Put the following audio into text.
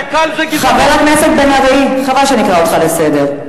חבר הכנסת בן-ארי, חבל שאני אקרא אותך לסדר.